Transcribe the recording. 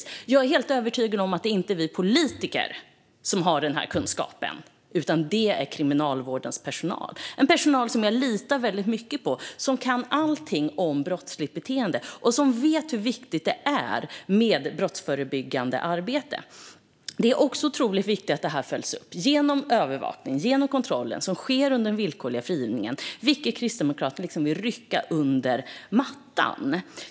Jag är helt övertygad om att det inte är vi politiker som har den här kunskapen, utan det är Kriminalvårdens personal - en personal som jag litar väldigt mycket på, som kan allting om brottsligt beteende och som vet hur viktigt det är med brottsförebyggande arbete. Det är också otroligt viktigt att det här följs upp genom övervakning och genom den kontroll som sker under den villkorliga frigivningen, vilket Kristdemokraterna vill rycka undan mattan för.